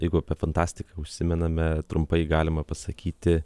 jeigu apie fantastiką užsimename trumpai galima pasakyti